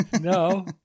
No